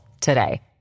today